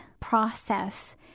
process